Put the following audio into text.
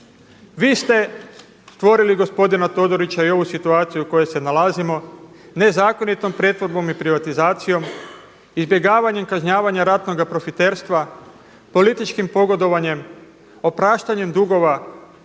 Vi ste stvorili gospodina Todorića i ovu situaciju u kojoj se nalazimo nezakonitom pretvorbom i privatizacijom, izbjegavanjem kažnjavanja ratnoga profiterstva, političkim pogodovanjem, opraštanjem dugova,